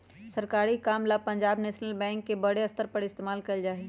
सरकारी काम ला पंजाब नैशनल बैंक के बडे स्तर पर इस्तेमाल कइल जा हई